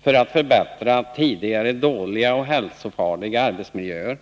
för att förbättra tidigare dåliga och hälsofarliga arbetsmiljöer.